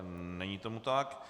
Není tomu tak.